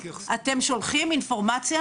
אתם שולחים אינפורמציה,